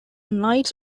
knights